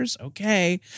Okay